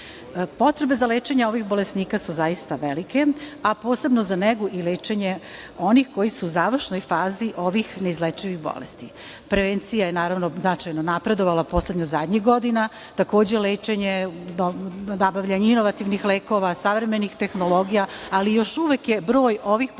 za lečenje ovih bolesnika su zaista velike, a posebno za negu i lečenje onih koji su u završnoj fazi ovih neizlečivih bolesti. Prevencija je, naravno, značajno napredovala, posebno zadnjih godina. Takođe, lečenje i nabavljanje inovativnih lekova, savremenih tehnologija, ali još uvek je broj ovih pacijenata